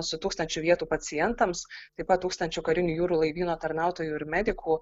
su tūkstančiu vietų pacientams taip pat tūkstančiu karinių jūrų laivyno tarnautojų ir medikų